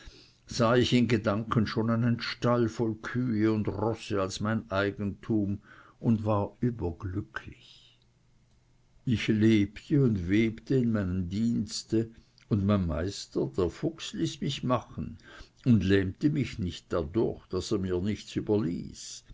sah ich in gedanken schon einen stall voll kühe und rosse als mein eigentum und war überglücklich ich lebte und webte in meinem dienste und mein meister der fuchs ließ mich machen und lähmte mich nicht dadurch daß er mir nichts überließ